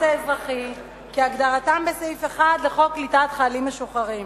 האזרחי כהגדרתם בסעיף 1 לחוק קליטת חיילים משוחררים.